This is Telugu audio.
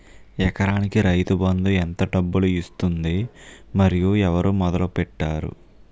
ఎకరానికి రైతు బందు ఎంత డబ్బులు ఇస్తుంది? మరియు ఎవరు మొదల పెట్టారు?